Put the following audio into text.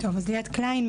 אני ליאת קליין,